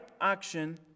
action